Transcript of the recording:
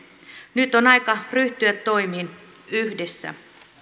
nyt on aika ryhtyä toimiin yhdessä